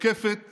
תוקפת